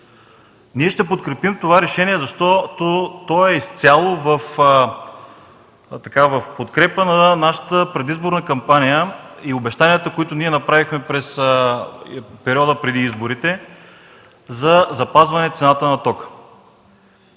Ние ще подкрепим това решение, защото то е изцяло в подкрепа на нашата предизборна кампания и обещанията, които ние направихме в периода преди изборите за запазване цената на тока.